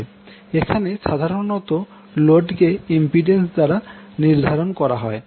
এখনে সাধারনত লোডকে ইম্পিড্যান্স দ্বারা নির্ধারণ করা হয়